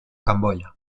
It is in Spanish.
camboya